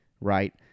right